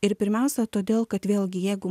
ir pirmiausia todėl kad vėlgi jeigu